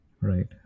Right